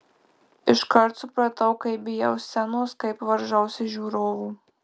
iškart supratau kaip bijau scenos kaip varžausi žiūrovų